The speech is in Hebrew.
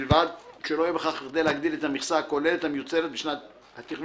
ובלבד שלא יהיה בכך כדי להגדיל את המכסה הכוללת המיוצרת בשנת התכנון